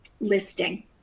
listing